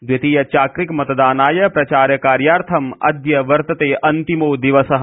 द्वितीय चाक्रिक मतदानाय प्रचारकार्यार्थम् अद्य वर्तते अन्तिमो दिवसः